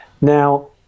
Now